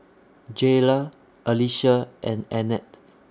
Jayla Alysia and Annette